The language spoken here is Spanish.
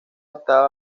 octava